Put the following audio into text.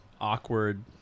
awkward